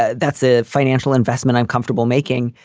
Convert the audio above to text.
ah that's a financial investment i'm comfortable making.